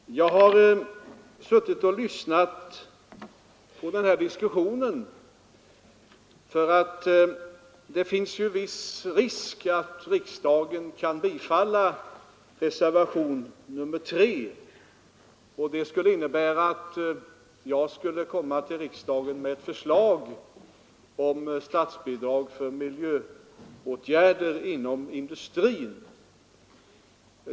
Herr talman! Jag har suttit och lyssnat på den här diskussionen, för det finns ju viss risk att riksdagen kan bifalla reservationen 3, och det skulle innebära att jag skulle komma till riksdagen med ett förslag om bidrag till miljöförbättrande åtgärder inom industrin.